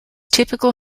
typical